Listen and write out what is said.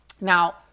Now